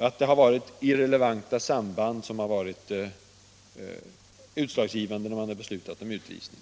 Han menar att irrelevanta samband har varit utslagsgivande när det har beslutats om utvisning.